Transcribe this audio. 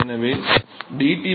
எனவே dT